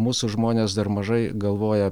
mūsų žmonės dar mažai galvoja